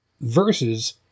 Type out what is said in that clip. versus